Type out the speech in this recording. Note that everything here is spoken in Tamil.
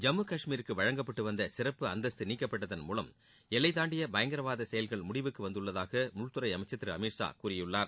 ஜம்மு காஷ்மீருக்கு வழங்கப்பட்டு வந்த சிறப்பு அந்தஸ்த்து நீக்கப்பட்டதன் மூலம் எல்லை தாண்டிய பயங்கரவாத செயல்கள் முடிவுக்கு வந்துள்ளதாக உள்துறை அமைச்சர் திரு அமித் ஷா கூறியுள்ளார்